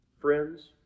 Friends